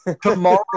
tomorrow